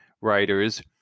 writers